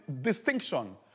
distinction